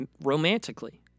Romantically